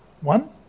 one